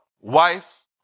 wife